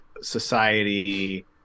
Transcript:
society